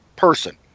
person